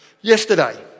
yesterday